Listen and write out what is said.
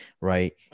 right